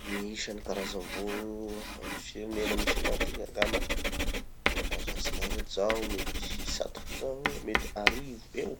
Gny isan'ny karazam-boro amy firenena misy anaha ty angamba, a madagasikara eto, zaho mety hitsatoky zaho mety arivo eo.